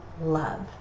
Love